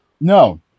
No